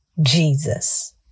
Jesus